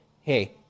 Hey